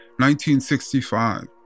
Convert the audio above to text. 1965